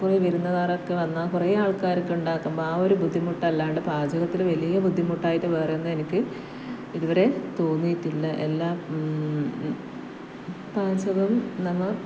കുറെ വിരുന്നുകാറൊക്കെ വന്നാൽ കുറേ ആൾക്കാർക്ക് ഉണ്ടാക്കുമ്പോൾ ആ ഒരു ബുദ്ധിമുട്ടല്ലാണ്ട് പാചകത്തിൽ വലിയ ബുദ്ധിമുട്ടായിട്ട് വേറെയൊന്നും എനിക്ക് ഇതുവരെ തോന്നിയിട്ടില്ല എല്ലാം പാചകം നമ്മൾ